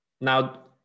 Now